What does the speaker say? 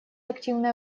активное